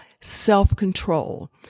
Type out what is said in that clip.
self-control